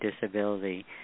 disability